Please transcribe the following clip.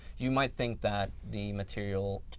you might think that the material